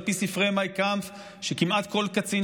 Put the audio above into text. על פי ספרי "מיין קאמפף" שכמעט כל קצין